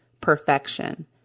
perfection